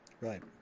Right